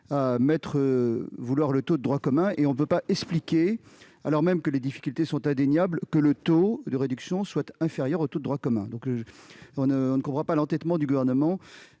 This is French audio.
son territoire du taux de droit commun. Il est inexplicable, alors même que les difficultés sont indéniables, que le taux de réduction soit inférieur au taux de droit commun. Nous ne comprenons pas l'entêtement du Gouvernement.